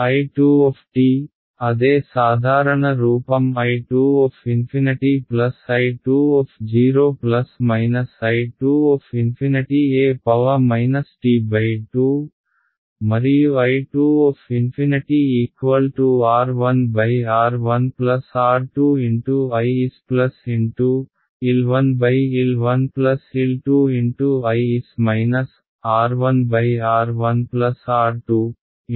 I 2 అదే సాధారణ రూపం I 2 ∞ I 2 0 I 2 ∞ e t మరియు I 2 ∞ R 1 R 1 R 2 × I s L 1 L 1 L 2 × I s R 1 R 1 R 2 × I s e t T